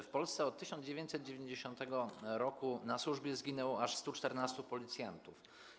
W Polsce od 1990 r. na służbie zginęło aż 114 policjantów.